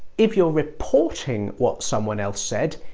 if you're reporting what someone else said,